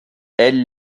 elle